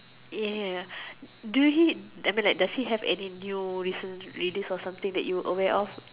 ya does he have anything new movies that you are aware of